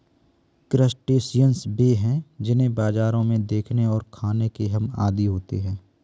crustaceans वे हैं जिन्हें बाजारों में देखने और खाने के हम आदी होते हैं